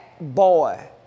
boy